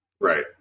Right